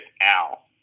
Al